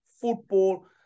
football